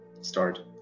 start